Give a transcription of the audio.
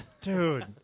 Dude